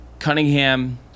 Cunningham